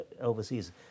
overseas